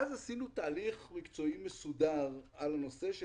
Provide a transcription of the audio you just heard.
אז עשינו תהליך מקצועי מסודר על הנושא של